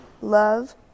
love